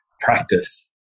practice